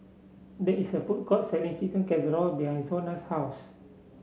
there is a food court selling Chicken Casserole behind Zona's house